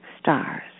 stars